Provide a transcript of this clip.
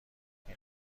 این